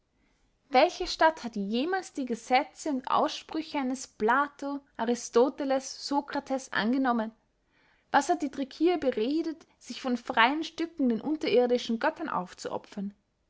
welche stadt hat jemals die gesetze und aussprüche eines plato aristoteles sokrates angenommen was hat die decier beredet sich von freyen stücken den unterirdischen göttern aufzuopfern